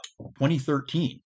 2013